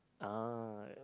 ah